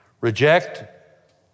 Reject